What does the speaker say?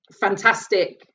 fantastic